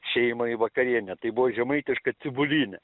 šeimai vakarienę tai buvo žemaitiška cibulynė